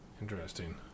Interesting